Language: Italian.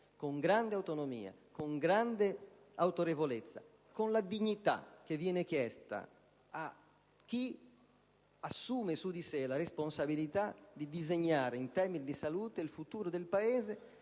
con grande autonomia, con grande autorevolezza, con la dignità che viene chiesta a chi assume su di sé la responsabilità di disegnare in termini di salute il futuro del Paese